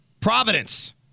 Providence